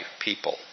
people